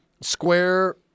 square